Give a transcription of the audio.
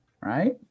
right